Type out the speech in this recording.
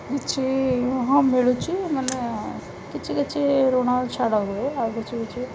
କିଛି ହଁ ମିଳୁଛି ମାନେ କିଛି କିଛି ଋଣ ଛାଡ଼ ହୁଏ ଆଉ କିଛି କିଛି